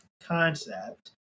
concept